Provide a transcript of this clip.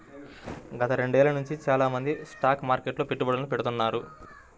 గత రెండేళ్ళ నుంచి చానా మంది స్టాక్ మార్కెట్లో పెట్టుబడుల్ని పెడతాన్నారు